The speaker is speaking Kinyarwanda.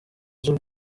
z’u